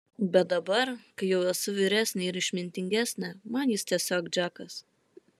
bet dabar kai jau esu vyresnė ir išmintingesnė man jis tiesiog džekas